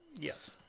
Yes